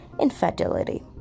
infidelity